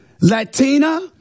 Latina